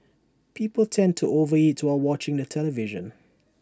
people tend to over eat to all watching the television